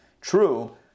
True